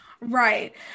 right